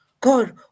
God